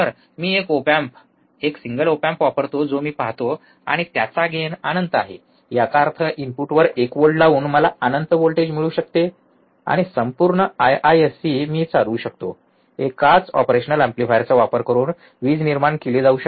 मी एक op amp एक single op amp वापरतो जो मी पाहतो आणि त्याचा गेन अनंत आहे याचा अर्थ इनपुटवर एक व्होल्ट लावून मला अनंत व्होल्टेज मिळू शकते आणि संपूर्ण आय आय एस सी मी चालवू शकतो एकाच ऑपरेशनल एम्प्लीफायरचा वापर करून वीज निर्माण केली जाऊ शकते